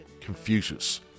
Confucius